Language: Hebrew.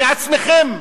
מעצמכם,